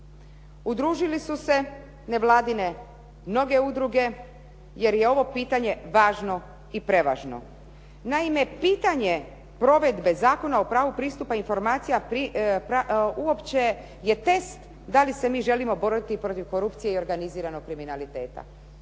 Udružili su se nevladine mnoge udruge jer je ovo pitanje važno i prevažno. Naime, pitanje provedbe Zakona o pravu pristupa informacija uopće je test da li se mi želimo boriti protiv korupcije i organiziranog kriminaliteta.